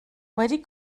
wedi